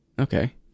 okay